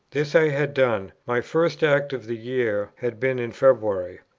this i had done my first act of the year had been in february.